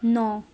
ਨੌ